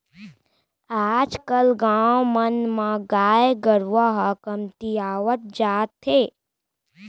आज कल गाँव मन म गाय गरूवा ह कमतियावत जात हे